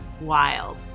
wild